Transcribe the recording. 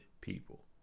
people